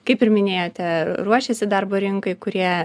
kaip ir minėjote ruošėsi darbo rinkai kurie